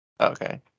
Okay